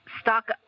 stock